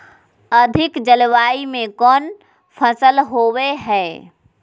अधिक जलवायु में कौन फसल होबो है?